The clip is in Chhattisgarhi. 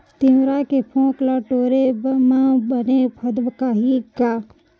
तिंवरा के फोंक ल टोरे म बने फदकही का?